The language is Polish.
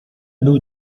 był